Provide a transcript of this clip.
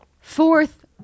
fourth